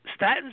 statins